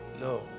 No